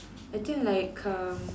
I think like um